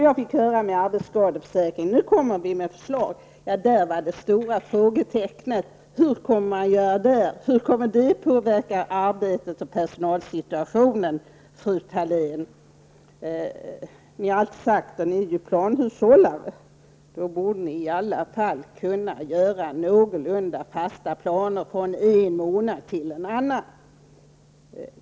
Jag fick höra att man nu kommer med förslag beträffande arbetsskadeförsäkringen. Ja, där fanns det stora frågetecknet. Hur kommer man att göra härvidlag? Hur kommer det att påverka arbetet och personalsituationen, fru Thalén? Ni har alltid sagt att ni är planhushållare. Då borde ni i alla fall kunna göra någorlunda fasta planer från en månad till en annan.